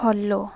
follow